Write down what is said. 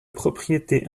propriété